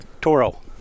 Toro